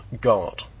God